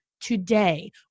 today